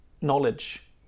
knowledge